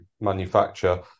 manufacture